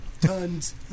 Tons